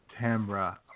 Tamra